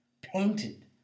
painted